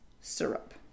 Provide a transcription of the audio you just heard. syrup